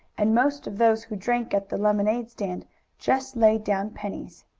and most of those who drank at the lemonade stand just laid down pennies.